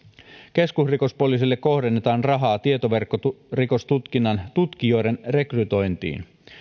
keskusrikospoliisille kohdennetaan rahaa tietoverkkorikostutkinnan tutkijoiden rekrytointiin